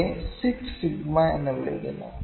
ഇവയെ 6 സിഗ്മ എന്ന് വിളിക്കുന്നു